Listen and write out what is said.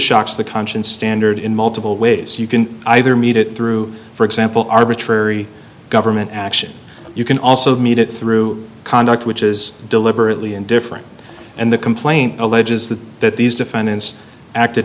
shocks the conscience standard in multiple ways you can either meet it through for example arbitrary government action you can also made it through conduct which is deliberately indifferent and the complaint alleges that that these defendants acted